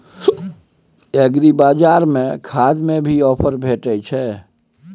एग्रीबाजार में खाद में भी ऑफर भेटय छैय?